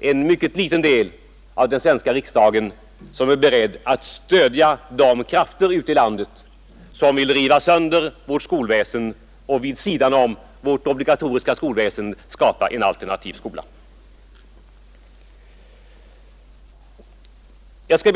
är en mycket liten del av den svenska riksdagen som är beredd att stödja de krafter ute i landet som vill riva sönder vårt skolväsen och vid sidan av vår obligatoriska skola skapa en alternativ skola. Herr talman!